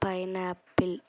pineapple